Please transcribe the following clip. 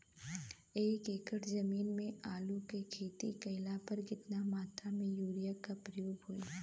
एक एकड़ जमीन में आलू क खेती कइला पर कितना मात्रा में यूरिया क प्रयोग होई?